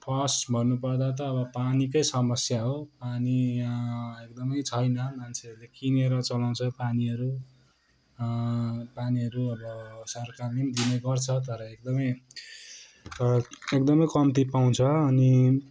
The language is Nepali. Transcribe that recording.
फर्स्ट भन्नुपर्दा त अब पानीकै समस्या हो पानी यहाँ एकदमै छैन मान्छेहरूले किनेर चलाउँछ पानीहरू पानीहरू अब सरकारले पनि दिने गर्छ तर एकदमै एकदमै कम्ती पाउँछ अनि